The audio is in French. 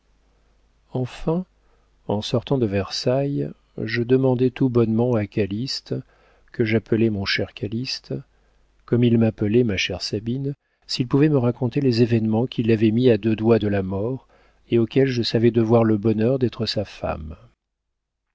enfin en sortant de versailles je demandai tout bonnement à calyste que j'appelais mon cher calyste comme il m'appelait ma chère sabine s'il pouvait me raconter les événements qui l'avaient mis à deux doigts de la mort et auxquels je savais devoir le bonheur d'être sa femme